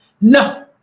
No